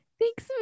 Thanks